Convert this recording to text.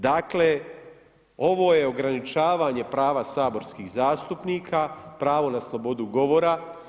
Dakle, ovo je ograničavanje prava saborskih zastupnika, pravo na slobodu govora.